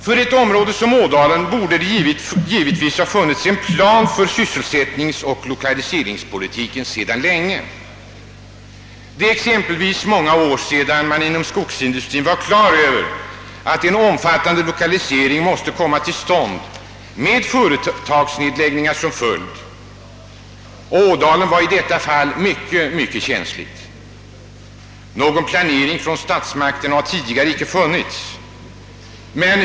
För ett område som Ådalen borde det givetvis ha funnits en plan för sysselsättningsoch lokaliseringspolitiken sedan länge. Det är exempelvis åtskilliga år sedan man inom skogsindustrin var på det klara med att en omfattande rationalisering måste komma till stånd med företagsnedläggningar som följd. Ådalen var i detta fall synnerligen känsligt. Någon planering från statsmakterna har tidigare inte funnits.